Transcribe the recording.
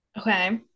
Okay